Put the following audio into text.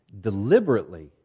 deliberately